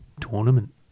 tournament